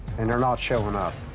and they're not showing up.